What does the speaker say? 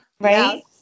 Right